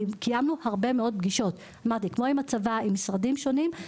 קיימנו הרבה מאוד פגישות כמו עם הצבא ועם משרדים שונים,